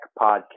podcast